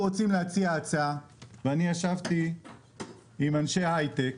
אני ישבתי עם אנשי הייטק